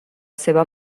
seva